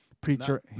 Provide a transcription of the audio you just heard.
preacher